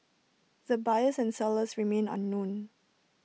the buyers and sellers remain unknown